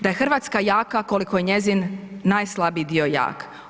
Da je Hrvatska jaka koliko je njezin najslabiji dio jak.